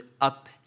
up